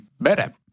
better